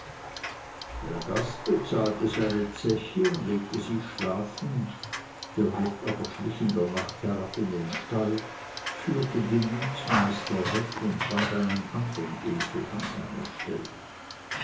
der gast bezahlte seine zeche und legte sich schlafen der wirt aber schlich in der nacht herab in den stall führte den münzmeister weg und band einen andern esel an seine stelle